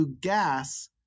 gas